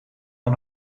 nog